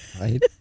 Right